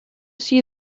see